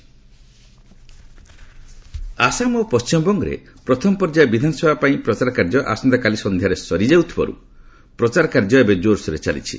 ଆସେମ୍ ି ନିର୍ବାଚନ ଆସାମ ଓ ପଶ୍ଚିମବଙ୍ଗରେ ପ୍ରଥମ ପର୍ଯ୍ୟାୟ ବିଧାନସଭା ପାଇଁ ପ୍ରଚାର କାର୍ଯ୍ୟ ଆସନ୍ତାକାଲି ସନ୍ଧ୍ୟାରେ ସରିଯାଉଥିବାରୁ ପ୍ରଚାର କାର୍ଯ୍ୟ ଏବେ ଜୋରସୋରରେ ଚାଲିଛି